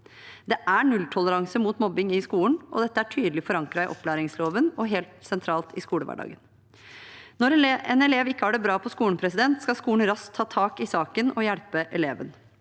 Det er nulltoleranse mot mobbing i skolen, og dette er tydelig forankret i opplæringsloven og helt sentralt i skolehverdagen. Når en elev ikke har det bra på skolen, skal skolen raskt ta tak i saken og hjelpe eleven.